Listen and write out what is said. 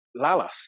Lalas